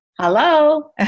Hello